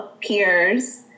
peers